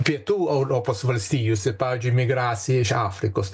pietų europos valstijose pavyzdžiui migracija iš afrikos